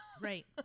right